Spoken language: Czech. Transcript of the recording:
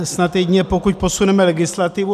Snad jedině pokud posuneme legislativu.